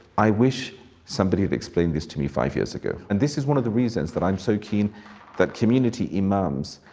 i wish somebody had explained this to me five years ago. and this is one of the reasons that i'm so keen that community imams,